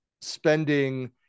spending